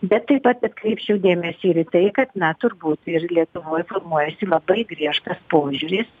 bet taip pat atkreipčiau dėmesį ir į tai kad na turbūt ir lietuvoj formuojasi labai griežtas požiūris